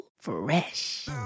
Fresh